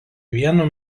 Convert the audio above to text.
vienu